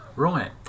Right